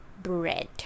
bread